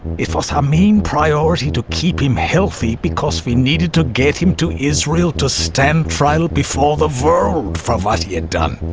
it was our main priority to keep him healthy because we needed to get him to israel to stand trial before the world for what but he had done.